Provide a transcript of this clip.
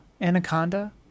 anaconda